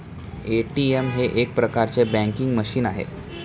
ATM हे एक प्रकारचे बँकिंग मशीन आहे